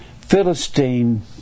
Philistine